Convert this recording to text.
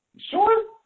Sure